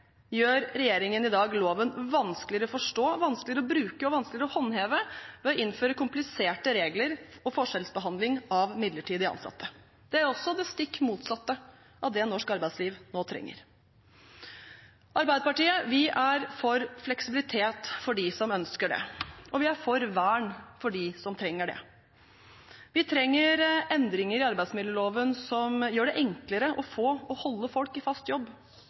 gjør regjeringen i dag loven vanskeligere å forstå, vanskeligere å bruke og vanskeligere å håndheve ved å innføre kompliserte regler og forskjellsbehandling av midlertidig ansatte. Det er også det stikk motsatte av det norsk arbeidsliv nå trenger. Arbeiderpartiet er for fleksibilitet for dem som ønsker det, og vi er for vern for dem som trenger det. Vi trenger endringer i arbeidsmiljøloven som gjør det enklere å få folk i fast jobb og å holde folk i fast jobb,